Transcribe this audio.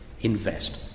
invest